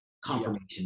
confirmation